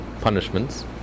punishments